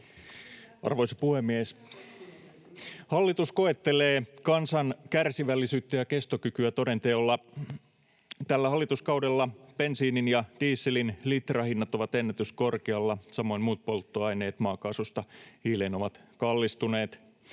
Arvoisa puhemies! Hallitus koettelee kansan kärsivällisyyttä ja kestokykyä toden teolla. Tällä hallituskaudella bensiinin ja dieselin litrahinnat ovat ennätyskorkealla. Samoin muut polttoaineet maakaasusta hiileen ovat kallistuneet.